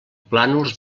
plànols